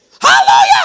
Hallelujah